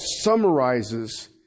summarizes